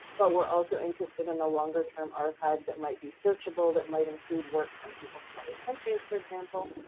but we're also interested in a longer term archive that might be searchable, that might include work from people from other countries, for example.